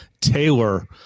taylor